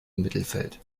mittelfeld